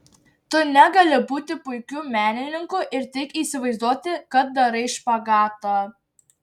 tu negali būti puikiu menininku ir tik įsivaizduoti kad darai špagatą